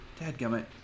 dadgummit